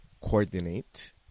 coordinate